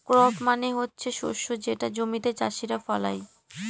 crop মানে হচ্ছে শস্য যেটা জমিতে চাষীরা ফলায়